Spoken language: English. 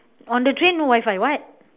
on the train no wi-fi what